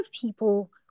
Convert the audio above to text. people